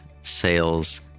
sales